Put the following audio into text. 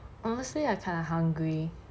honestly I kind of hungry